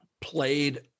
played